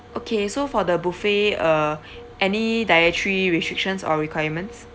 okay so for the buffet uh any dietary restrictions or requirements